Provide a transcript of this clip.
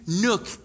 nook